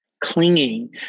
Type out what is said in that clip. clinging